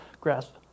grasp